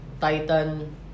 Titan